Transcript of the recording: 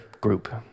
group